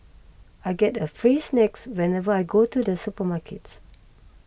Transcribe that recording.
I get a free snacks whenever I go to the supermarket